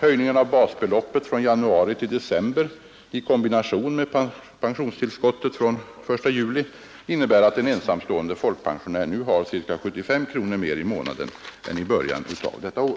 Höjningen av basbeloppet från januari till december i kombination med pensionstillskottet den 1 juli innebär att en ensamstående folkpensionär nu har cirka 75 kronor mer i månaden än i början av detta år.